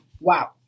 wow